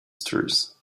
stories